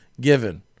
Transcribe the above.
given